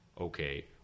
okay